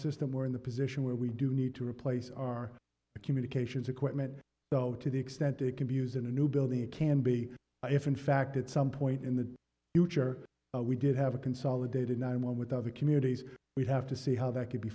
system we're in the position where we do need to replace our communications equipment though to the extent it can be used in a new building it can be if in fact at some point in the future we did have a consolidated nine one with other communities we'd have to see how that could be